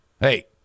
Hey